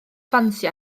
ffansi